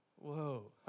Whoa